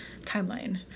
timeline